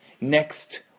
Next